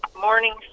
morning